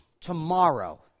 tomorrow